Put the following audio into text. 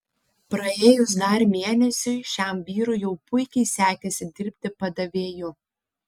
praėjus dar mėnesiui šiam vyrui jau puikiai sekėsi dirbti padavėju